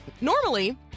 normally